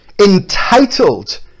entitled